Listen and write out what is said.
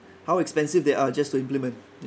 how expensive they are just to implement